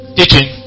teaching